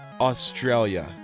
Australia